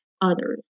others